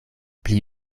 pli